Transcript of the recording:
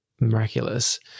miraculous